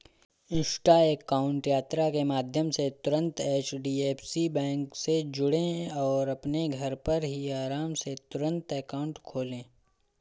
Insta account यात्रा के माध्यम से तुरंत एच.डी.एफ.सी बैंक से जुड़ें और अपने घर पर ही आराम से तुरंत अकाउंट खोले